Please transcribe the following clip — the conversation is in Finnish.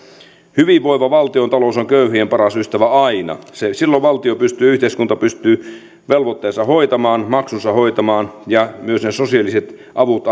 hyvinvoiva valtiontalous on köyhien paras ystävä aina silloin valtio pystyy yhteiskunta pystyy velvoitteensa hoitamaan maksunsa hoitamaan ja myös antamaan täysimääräisinä ne sosiaaliset avut